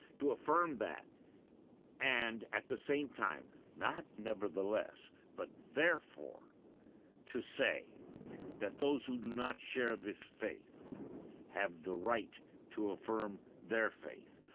to affirm that and at the same time not nevertheless, but therefore to say that those who do not share this faith have the right to affirm their faith,